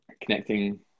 connecting